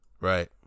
right